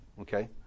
Okay